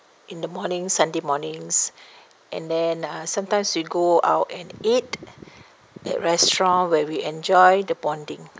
in the morning sunday mornings and then uh sometimes we go out and eat at restaurant where we enjoy the bonding